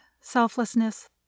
selflessness